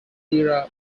minister